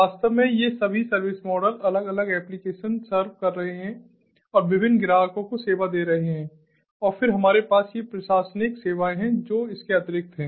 वास्तव में ये सभी सर्विस मॉडल अलग अलग एप्लिकेशन सर्व कर रहे हैं और विभिन्न ग्राहकों को सेवा दे रहे हैं और फिर हमारे पास ये प्रशासनिक सेवाएं हैं जो इसके अतिरिक्त हैं